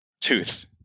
Tooth